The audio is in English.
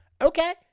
okay